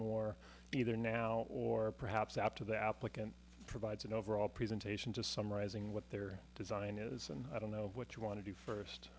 more either now or perhaps up to the applicant provides an overall presentation just summarizing what their design is and i don't know what you want to do first